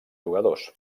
jugadors